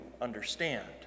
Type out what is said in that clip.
understand